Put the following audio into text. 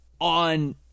on